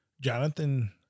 Jonathan